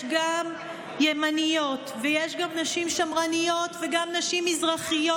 יש גם ימניות ויש גם נשים שמרניות וגם נשים מזרחיות,